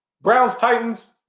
Browns-Titans